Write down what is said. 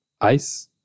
Ice